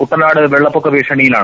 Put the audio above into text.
കുട്ടനാട് വെള്ളപ്പൊക്ക ഭീഷണിയാണ്